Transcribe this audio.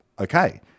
Okay